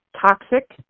toxic